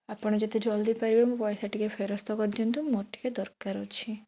ଆପଣ ଯେତେ ଜଲ୍ଦି ପାରିବେ ମୋ ପଇସା ଟିକିଏ ଫେରସ୍ତ କରିଦିଅନ୍ତୁ ମୋର ଟିକେ ଦରକାର ଅଛି